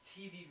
TV